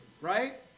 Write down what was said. Right